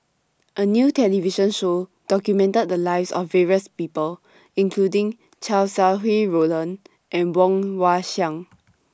A New television Show documented The Lives of various People including Chow Sau Hai Roland and Woon Wah Siang